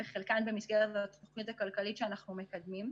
חלקן במסגרת תוכנית הכלכלית שאנחנו מקדמים,